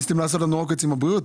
הישיבה נעולה.